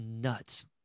nuts